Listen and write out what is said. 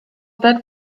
that